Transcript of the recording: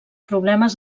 problemes